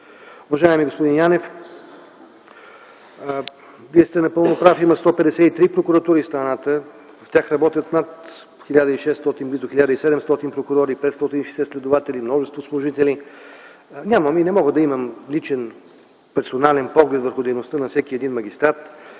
Уважаеми господин Янев, Вие сте напълно прав, има 153 прокуратури в страната – в тях работят над 1600, близо 1700 прокурори и 560 следователи, множество служители. Нямам и не мога да имам личен, персонален поглед върху дейността на всеки един магистрат,